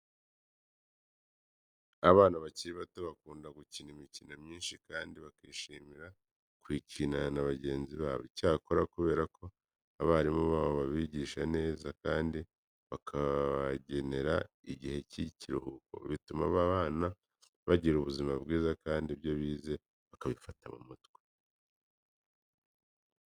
Abana bakiri bato bakunda gukina imikino myinshi kandi bakishimira kuyikinana na bagenzi babo. Icyakora kubera ko abarimu babo babigisha neza kandi bakabagenera igihe cy'ikiruhuko, bituma aba bana bagira ubuzima bwiza kandi ibyo bize bakabifata mu mutwe.